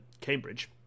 cambridge